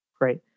great